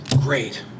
Great